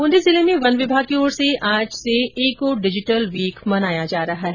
ब्रंदी जिले में वन विभाग की ओर से आज से ईको डिजिटल वीक मनाया जा रहा है